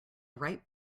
ripe